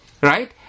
right